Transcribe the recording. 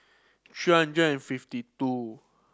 three hundred and fifty two